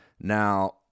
Now